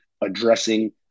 addressing